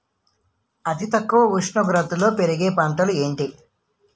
అతి తక్కువ ఉష్ణోగ్రతలో పెరిగే పంటలు ఏంటి?